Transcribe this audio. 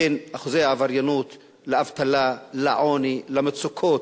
בין אחוזי העבריינות לאבטלה, לעוני, למצוקות.